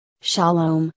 Shalom